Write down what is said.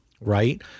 right